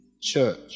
church